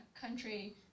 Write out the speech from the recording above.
country